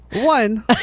one